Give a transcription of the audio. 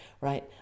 right